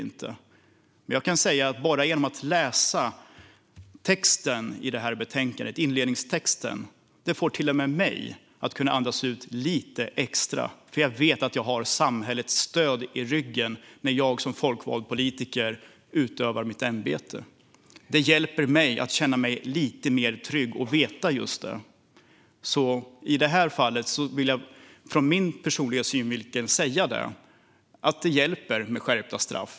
Jag kan dock säga att bara inledningstexten i detta betänkande får till och med mig att andas ut lite extra, för genom att läsa den vet jag att jag har samhällets stöd i ryggen när jag som folkvald politiker utövar mitt ämbete. Det hjälper mig att känna mig lite mer trygg att veta just detta. I det här fallet vill jag därför säga att det från min personliga synvinkel hjälper med skärpta straff.